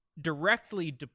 directly